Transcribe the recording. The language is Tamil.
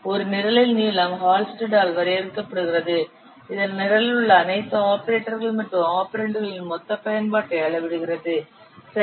ஒரு நிரலின் நீளம் ஹால்ஸ்டெட்டால் வரையறுக்கப்படுகிறது இது நிரலில் உள்ள அனைத்து ஆபரேட்டர்கள் மற்றும் ஆபரெண்டுகளின் மொத்த பயன்பாட்டை அளவிடுகிறது சரி